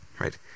right